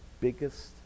biggest